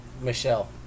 Michelle